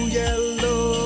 yellow